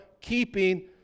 keeping